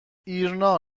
ایرنا